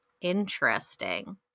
interesting